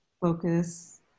focus